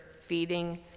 feeding